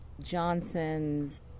Johnson's